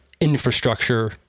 infrastructure